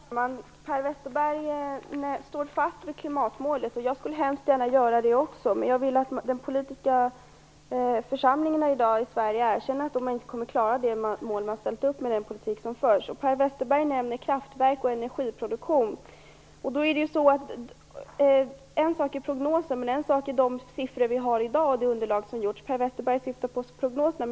Herr talman! Per Westerberg står fast vid klimatmålet. Jag skulle också hemskt gärna vilja göra det. Men jag vill att de politiska församlingarna i Sverige i dag erkänner att man inte kommer att klara det mål som ställts upp med den politik som förs. Per Westerberg nämner kraftverk och energiproduktion. Prognoser är en sak, men en annan sak är de siffror vi i dag har och det underlag som finns. Per Westerberg talar om prognoserna.